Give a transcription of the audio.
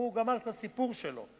הוא גמר את הסיפור שלו.